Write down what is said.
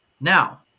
Now